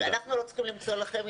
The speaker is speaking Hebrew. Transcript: אנחנו לא צריכים למצוא לכם.